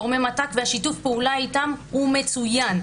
גורמי מת"ק והשיתוף פעולה איתם הוא מצוין.